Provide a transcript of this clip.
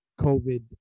COVID